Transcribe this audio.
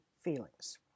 feelings